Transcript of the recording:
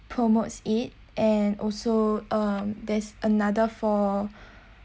promotes it and also um there's another for